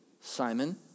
Simon